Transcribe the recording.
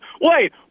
Wait